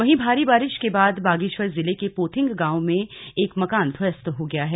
वहीं भारी बारिश के बाद बागेश्वर जिले के पोथिंग गांव एक मकान ध्वस्त हो गया है